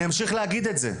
אני אמשיך להגיד את זה,